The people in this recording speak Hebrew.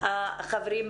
החברים בוועדה,